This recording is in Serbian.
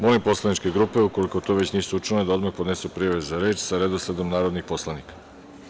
Molim poslaničke grupe, ukoliko to već nisu učinile, da odmah podnesu prijave za reč, sa redosledom narodnih poslanika.